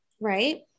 right